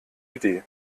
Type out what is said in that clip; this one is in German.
idee